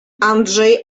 andrzej